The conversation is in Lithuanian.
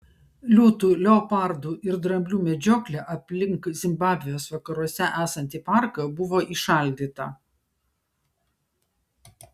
liūtų leopardų ir dramblių medžioklė aplink zimbabvės vakaruose esantį parką buvo įšaldyta